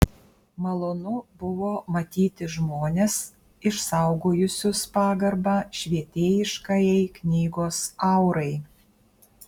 malonu buvo matyti žmones išsaugojusius pagarbą švietėjiškajai knygos aurai